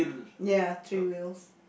ya three wheels